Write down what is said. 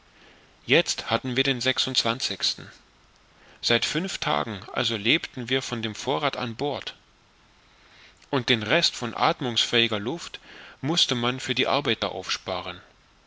jetzt hatten wir den seit fünf tagen also lebten wir von dem vorrath an bord und den rest von athmungsfähiger luft mußte man für die arbeiter aufsparen